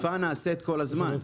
אכיפה נעשית כל הזמן.